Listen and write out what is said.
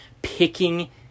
Picking